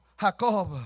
Jacob